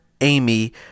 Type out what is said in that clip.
Amy